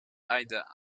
ida